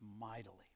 mightily